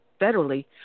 federally